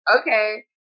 okay